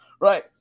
right